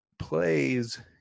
plays